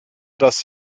das